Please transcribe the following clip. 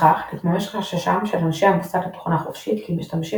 בכך נתממש חששם של אנשי המוסד לתוכנה החופשית כי משתמשים